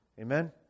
Amen